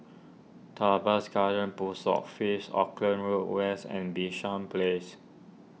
Tebans Garden Post Office Auckland Road West and Bishan Place